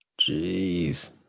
Jeez